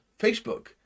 Facebook